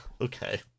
Okay